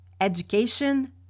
education